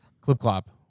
Clip-clop